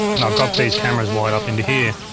and i've got these cameras wired up into here